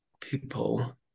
people